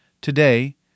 Today